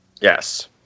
Yes